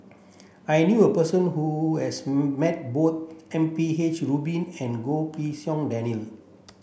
I knew a person who has met both M P H Rubin and Goh Pei Siong Daniel